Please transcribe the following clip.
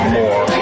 more